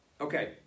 okay